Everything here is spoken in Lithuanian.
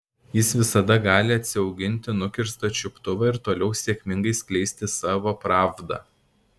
jis visada gali atsiauginti nukirstą čiuptuvą ir toliau sėkmingai skleisti savo pravdą